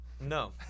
No